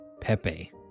Pepe